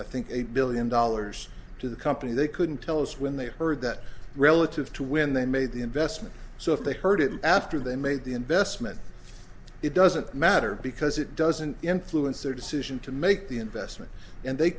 i think eight billion dollars to the company they couldn't tell us when they heard that relative to when they made the investment so if they heard it after they made the investment it doesn't matter because it doesn't influence their decision to make the investment and they